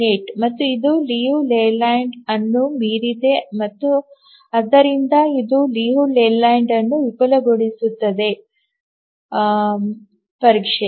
78 ಮತ್ತು ಇದು Liu Leyland ಅನ್ನು ಮೀರಿದೆ ಮತ್ತು ಆದ್ದರಿಂದ ಇದು ಲಿಯು ಲೇಲ್ಯಾಂಡ್ ಅನ್ನು ವಿಫಲಗೊಳಿಸುತ್ತದೆ ಪರೀಕ್ಷೆ